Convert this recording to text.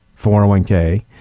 401k